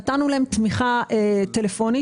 נתנו להם תמיכה טלפונית,